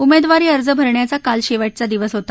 उमेदवारी अर्ज भरण्याचा काल शेव ज्ञा दिवस होता